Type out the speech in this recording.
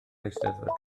eisteddfod